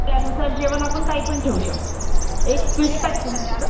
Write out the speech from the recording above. त्यानुसार जेवण आपण काही पण ठेऊ शकतो एक स्विट पाहिजे